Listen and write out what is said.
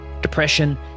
depression